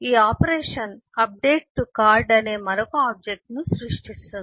ఈ operation update to card అనే మరొక ఆబ్జెక్ట్ ను సృష్టిస్తుంది